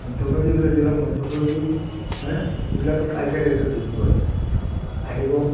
মধ্যভোগীবিলাক যিবিলাক মধ্যভোগী মানে এইবিলাকে পাইকাৰী ৰেটত বিক্ৰী কৰে আহিব